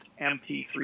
MP3